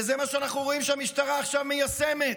וזה מה שאנחנו רואים שהמשטרה עכשיו מיישמת.